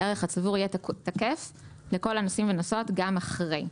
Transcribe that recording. הערך הצבור יהיה תקף לכל הנוסעים והנוסעות גם אחרי.